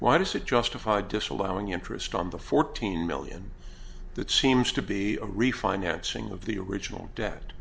why does it justify disallowing interest on the fourteen million that seems to be a refinancing of the original debt